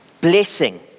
blessing